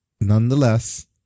nonetheless